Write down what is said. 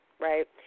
right